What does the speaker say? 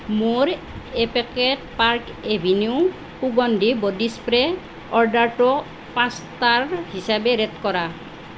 মোৰ এপেকেট Park Avenue সুগন্ধি বডি স্প্ৰে অৰ্ডাৰটোক পাঁচ ষ্টাৰ হিচাপে ৰেট কৰা